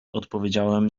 odpowiedziałem